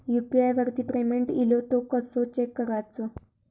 UPI वरती payment इलो तो कसो चेक करुचो?